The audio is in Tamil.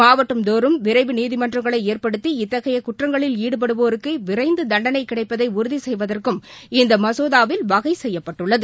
மாவட்டந்தோறும் நீதிமன்றங்களைஏற்படுத்தி இத்தகையகுற்றங்களில் விரைவு ஈடுபடுவோருக்குவிரைந்துதண்டனைகிடைப்பதைஉறுதிசெய்வதற்கும் இந்தமசோதாவில் வகைசெய்யப்பட்டுள்ளது